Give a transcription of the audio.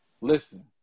Listen